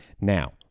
Now